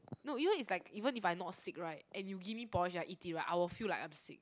no even it's like even if I'm not sick right and you give me porridge I eat it right I will feel like I'm sick